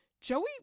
Joey